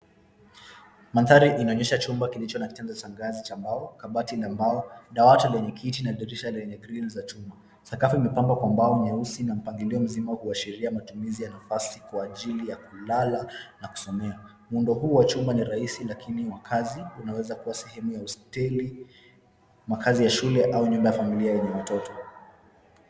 Mandhari inaonyesha chumba kilicho na kitanda cha ngazi cha mbao, kabati la mbao, dawati lenye kiti na dirisha lenye grill za chuma. Sakafu ime pangwa kwa mbao nyeusi na mpangilio mzima kuashiria matumizi ya nafasi kwa ajili ya kulala na kusomea. Muundo huu wa chuma ni rahisi lakini makazi unaweza kuwa sehemu ya hosteli, makazi ya shule au nyumba ya familia yenye watoto.